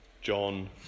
John